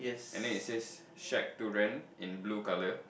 and then it is shake durian in blue colour